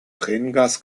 tränengas